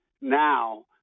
now